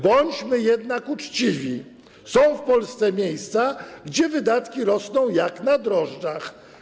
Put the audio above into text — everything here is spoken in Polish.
Bądźmy jednak uczciwi, są w Polsce miejsca, gdzie wydatki rosną jak na drożdżach.